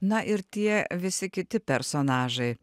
na ir tie visi kiti personažai